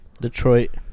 Detroit